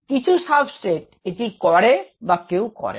কিছু সাবস্ট্রেট এটি করে বা কেউ করে না